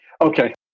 Okay